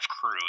crew